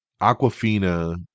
Aquafina